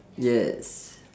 yes